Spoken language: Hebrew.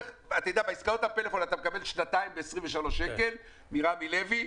בעסקאות הפלאפון אתה מקבל שנתיים ב-23 שקל מרמי לוי,